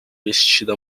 vestida